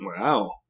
Wow